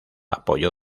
apoyó